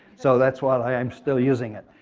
so that's why i'm still using it.